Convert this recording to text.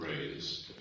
raised